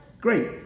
great